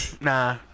Nah